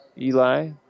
Eli